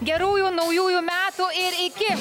gerųjų naujųjų metų ir iki